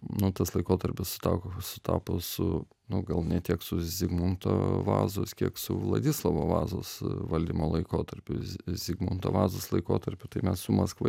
nu tas laikotarpis suta sutapo su nu gal ne tiek su zigmunto vazos kiek su vladislovo vazos valdymo laikotarpiu zigmanto vazos laikotarpiu tai mes su maskva